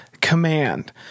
command